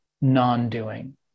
non-doing